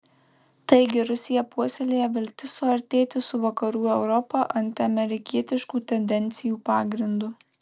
taigi rusija puoselėja viltis suartėti su vakarų europa antiamerikietiškų tendencijų pagrindu